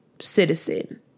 citizen